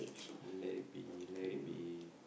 let it be let it be